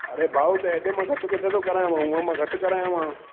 अड़े भाऊ त हेॾे मां घटि किथे तो करायां मां हुअं मां घटि करायामांव